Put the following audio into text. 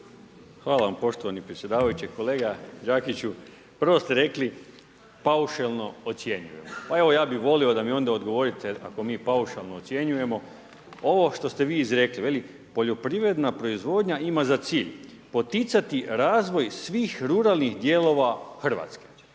Hvala vam poštovani predsjedavajući. Kolega Đakiću, prvo ste rekli paušalno ocjenjujemo. Pa evo, ja bih volio da mi onda odgovorite, ako mi paušalno ocjenjujemo, ovo što ste vi izrekli, veli, poljoprivredna proizvodnja ima za cilj poticati razvoj svih ruralnih dijelova RH.